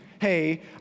hey